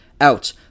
out